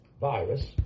virus